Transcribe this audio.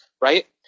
Right